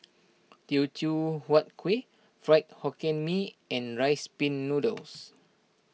Teochew Huat Kuih Fried Hokkien Mee and Rice Pin Noodles